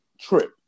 trip